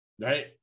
right